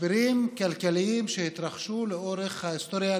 משברים כלכליים שהתרחשו לאורך ההיסטוריה,